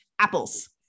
apples